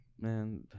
Man